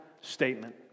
statement